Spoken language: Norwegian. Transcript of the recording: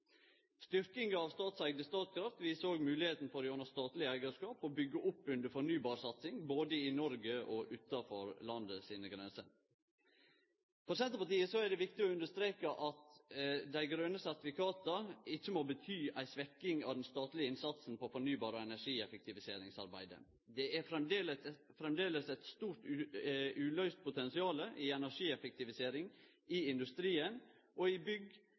Styrkinga av statseigde Statkraft viser òg moglegheita for gjennom statleg eigarskap å byggje opp under fornybarsatsing både i Noreg og utafor landet sine grenser. For Senterpartiet er det viktig å understreke at dei grøne sertifikata ikkje må bety ei svekking av den statlege innsatsen i fornybar- og energieffektiviseringsarbeidet. Det er framleis eit stort uløyst potensial i energieffektivisering i industrien og i bygg,